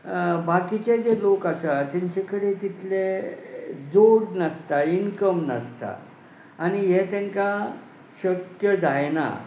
बाकीचे जे लोक आसा तांचे कडेन तितले जोड नासता इनकम नासता आनी हें तांकां शक्य जायना